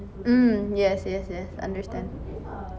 mm yes yes yes understand